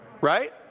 right